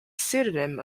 pseudonym